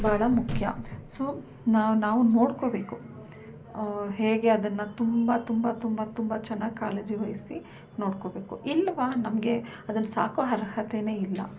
ಭಾಳ ಮುಖ್ಯ ಸೊ ನಾವು ನಾವು ನೋಡ್ಕೊಬೇಕು ಹೇಗೆ ಅದನ್ನು ತುಂಬ ತುಂಬ ತುಂಬ ತುಂಬ ಚೆನ್ನಾಗ್ ಕಾಳಜಿ ವಹಿಸಿ ನೋಡ್ಕೊಬೇಕು ಇಲ್ವಾ ನಮಗೆ ಅದನ್ನು ಸಾಕೋ ಅರ್ಹತೆಯೇ ಇಲ್ಲ